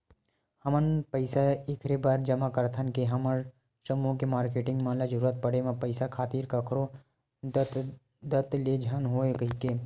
हमन पइसा ऐखरे बर जमा करथन के हमर समूह के मारकेटिंग मन ल जरुरत पड़े म पइसा खातिर कखरो दतदत ले झन होवय कहिके